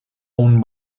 owned